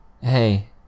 Hey